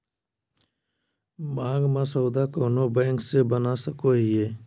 मांग मसौदा कोनो बैंक से बना सको हइ